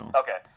okay